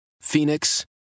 Phoenix